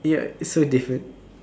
ya so different